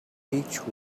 beech